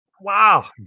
Wow